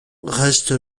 reste